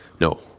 No